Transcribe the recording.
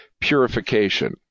purification